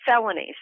felonies